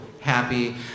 happy